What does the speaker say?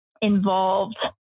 involved